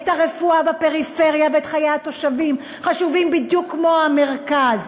את הרפואה בפריפריה ואת חיי התושבים חשובים בדיוק כמו המרכז?